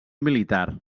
militar